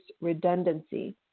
redundancy